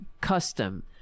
custom